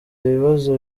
ibibazo